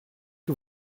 que